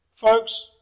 Folks